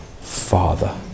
father